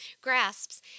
grasps